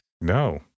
No